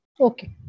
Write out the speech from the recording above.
Okay